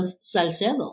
Salcedo